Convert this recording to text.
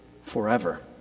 forever